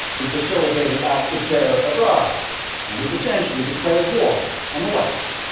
who facilitated acts of terror abroad and who've essentially declared war on the west?